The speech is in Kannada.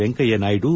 ವೆಂಕಯ್ಯನಾಯ್ದು